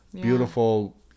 beautiful